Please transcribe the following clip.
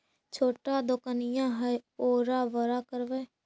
छोटा दोकनिया है ओरा बड़ा करवै?